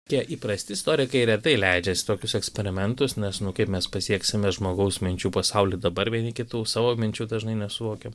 tie įprasti istorikai retai leidžiasi į tokius eksperimentus nes nu kaip mes pasieksime žmogaus minčių pasaulį dabar vieni kitų savo minčių dažnai nesuvokiam